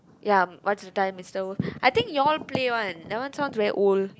ya what's the time mister wolf I think you all play one that one sounds very old